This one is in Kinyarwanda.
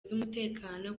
z’umutekano